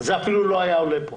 זה אפילו לא היה עולה פה.